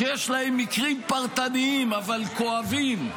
שיש להם מקרים פרטניים אבל כואבים,